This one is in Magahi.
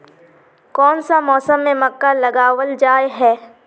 कोन सा मौसम में मक्का लगावल जाय है?